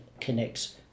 connects